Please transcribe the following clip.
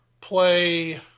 play